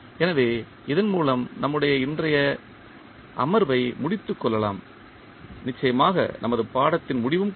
எனவே இதன் மூலம் நம்முடைய இன்றைய அமர்வை முடித்துக் கொள்ளலாம் நிச்சயமாக நமது பாடத்தின் முடிவும் கூட